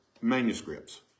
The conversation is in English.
manuscripts